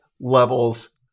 levels